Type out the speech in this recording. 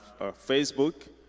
Facebook